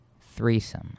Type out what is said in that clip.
threesome